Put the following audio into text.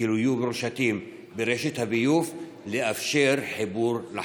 יהיו מרושתים ברשת הביוב, לאפשר חיבור לחשמל.